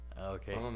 Okay